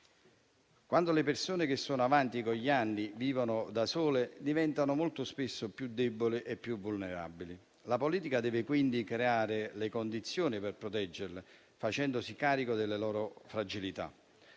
Quando le persone avanti con gli anni vivono da sole diventano molto spesso più deboli e più vulnerabili. La politica deve quindi creare le condizioni per proteggerle, facendosi carico delle loro fragilità.